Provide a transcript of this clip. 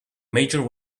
major